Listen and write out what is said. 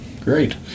Great